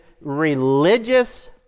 religious